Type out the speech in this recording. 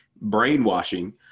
brainwashing